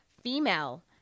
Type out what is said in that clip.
female